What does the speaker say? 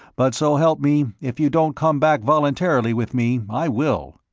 but, so help me, if you don't come back voluntarily with me, i will.